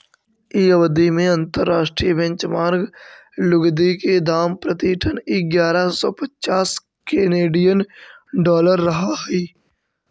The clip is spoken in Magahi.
इ अवधि में अंतर्राष्ट्रीय बेंचमार्क लुगदी के दाम प्रति टन इग्यारह सौ पच्चास केनेडियन डॉलर रहऽ हई